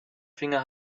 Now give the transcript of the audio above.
finger